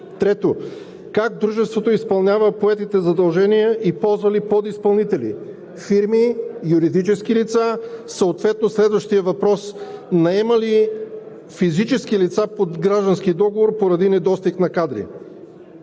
Трето, как дружеството изпълнява поетите задължения и ползва ли подизпълнители – фирми, юридически лица? Съответно следващият въпрос: наема ли физически лица по граждански договор поради недостиг на кадри?